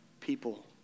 people